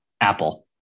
apple